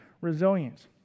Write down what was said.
resilience